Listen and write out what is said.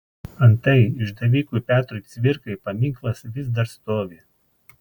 antai išdavikui petrui cvirkai paminklas vis dar stovi